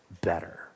better